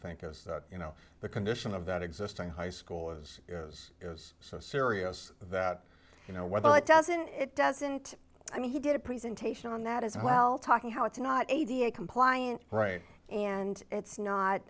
think is that you know the condition of that existing high school is is so serious that you know whether like doesn't it doesn't i mean he did a presentation on that as well talking how it's not eighty eight compliant right and it's not